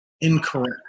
incorrect